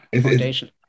foundation